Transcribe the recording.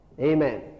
Amen